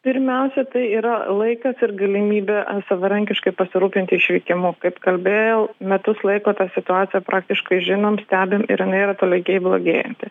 pirmiausia tai yra laikas ir galimybė savarankiškai pasirūpinti išvykimu kaip kalbėjau metus laiko ta situacija praktiškai žinom stebim ir jinai yra tolygiai blogėjanti